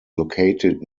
located